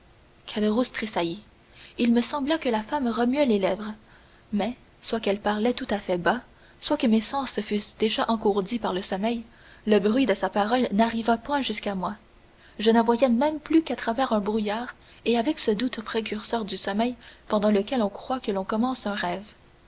tressaillit il me sembla que la femme remuait les lèvres mais soit qu'elle parlât tout à fait bas soit que mes sens fussent déjà engourdis par le sommeil le bruit de sa parole n'arriva point jusqu'à moi je ne voyais même plus qu'à travers un brouillard et avec ce doute précurseur du sommeil pendant lequel on croit que l'on commence un rêve